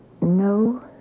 no